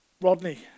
Rodney